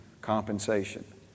compensation